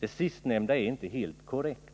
Det sista är inte helt korrekt.